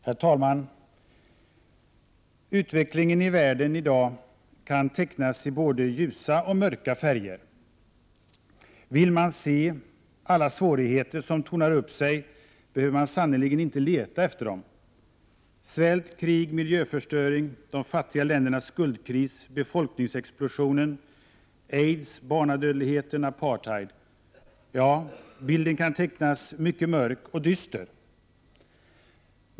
Herr talman! Utvecklingen i världen i dag kan tecknas i både ljusa och mörka färger. Vill man se alla svårigheter som tornar upp sig behöver man sannerligen inte leta efter dem — svält, krig, miljöförstöring, de fattiga ländernas skuldkris, befolkningsexplosion, aids, barnadödlighet, apartheid. Bilden kan tecknas mycket mörk och dyster.